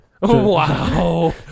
Wow